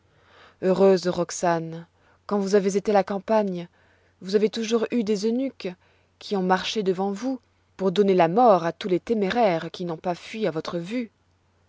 heureuse roxane quand vous avez été à la campagne vous avez toujours eu des eunuques qui ont marché devant vous pour donner la mort à tous les téméraires qui n'ont pas fui à votre vue